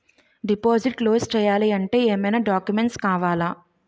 Deposit close చేయాలి అంటే ఏమైనా డాక్యుమెంట్స్ కావాలా?